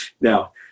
Now